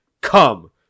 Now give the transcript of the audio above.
Come